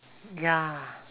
ya